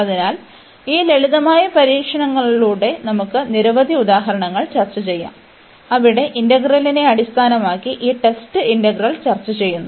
അതിനാൽ ഈ ലളിതമായ പരീക്ഷണത്തിലൂടെ നമുക്ക് നിരവധി ഉദാഹരണങ്ങൾ ചർച്ചചെയ്യാം അവിടെ ഇന്റഗ്രലിനെ അടിസ്ഥാനമാക്കി ഈ ടെസ്റ്റ് ഇന്റഗ്രൽ ചർച്ചചെയ്യുന്നു